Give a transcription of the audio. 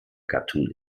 gattung